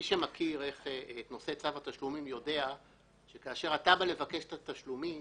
מי שמכיר את נושא צו התשלומים יודע שכאשר אתה בא לבקש את התשלומים,